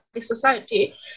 society